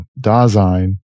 Dasein